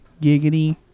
giggity